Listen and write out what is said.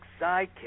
sidekick